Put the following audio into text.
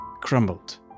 crumbled